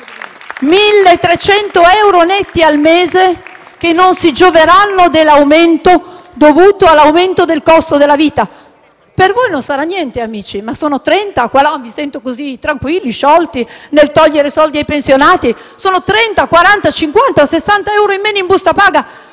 1.300 euro netti al mese che non si gioveranno dell'aumento dovuto all'aumento del costo della vita. Per voi non sarà niente, amici, vi vedo così tranquilli e sciolti nel togliere soldi ai pensionati: ma sono da 30 a 60 euro in meno in busta paga,